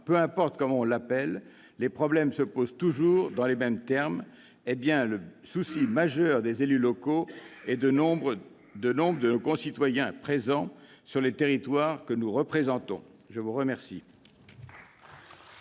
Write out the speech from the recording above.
peu importe comment on l'appelle, les problèmes se posent toujours dans les mêmes termes -, est bien le souci majeur des élus locaux et de nombre de nos concitoyens présents sur les territoires que nous représentons. La parole